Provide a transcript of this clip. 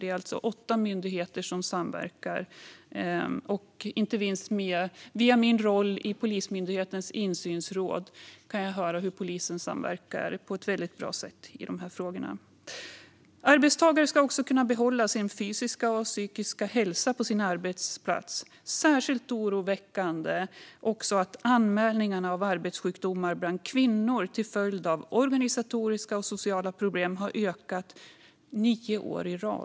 Det är alltså åtta myndigheter som samverkar. Inte minst via min roll i Polismyndighetens insynsråd kan jag höra hur polisen samverkar på ett väldigt bra sätt i de här frågorna. Arbetstagare ska också kunna behålla sin fysiska och psykiska hälsa på sin arbetsplats. Särskilt oroväckande är att anmälningarna av arbetssjukdomar bland kvinnor till följd av organisatoriska och sociala problem har ökat nio år i rad.